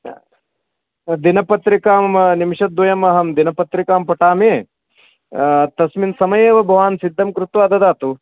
दिनपत्रिकां निमेषद्वयम् अहं दिनपत्रिकां पठामि तस्मिन् समये एव भवान् सिद्धं कृत्वा ददातु